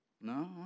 No